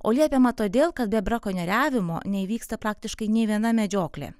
o liepiama todėl kad be brakonieriavimo neįvyksta praktiškai nė viena medžioklė